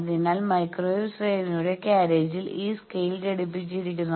അതിനാൽ മൈക്രോവേവ് ശ്രേണിയുടെ കാര്യേജിൽ ഈ സ്കെയിൽ ഘടിപ്പിച്ചിരിക്കുന്നു